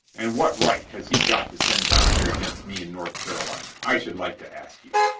and what right has he got to send down here against me in north carolina, i should like to ask you?